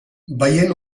veient